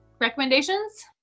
recommendations